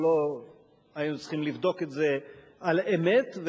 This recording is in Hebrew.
שלא היה צריך לבדוק את זה על אמת,